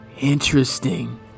Interesting